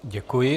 Děkuji.